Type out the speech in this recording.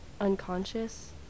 unconscious